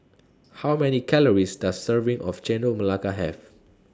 How Many Calories Does Serving of Chendol Melaka Have